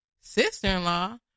Sister-in-law